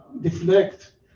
deflect